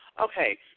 Okay